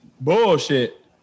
bullshit